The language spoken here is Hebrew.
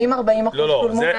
ואם 40% מהקנסות שולמו?